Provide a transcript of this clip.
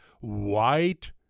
white